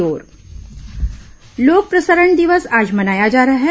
लोक प्रसारण दिवस लोक प्रसारण दिवस आज मनाया जा रहा है